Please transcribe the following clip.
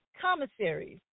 Commissaries